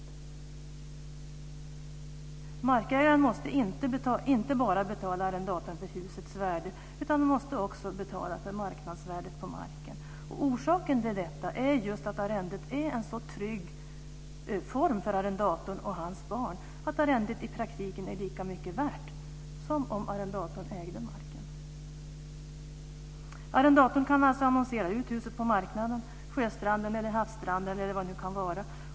Markägaren måste inte bara betala arrendatorn för husets värde utan måste också betala för marknadsvärdet på marken. Och orsaken till detta är just att arrendet är en så trygg form för arrendatorn och hans barn att arrendet i praktiken är lika mycket värt som om arrendatorn ägde marken. Arrendatorn kan alltså annonsera ut huset, sjöstranden, havsstranden eller vad det kan vara på marknaden.